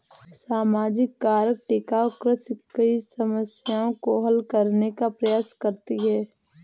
सामाजिक कारक टिकाऊ कृषि कई समस्याओं को हल करने का प्रयास करती है